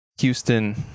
Houston